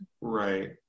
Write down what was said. right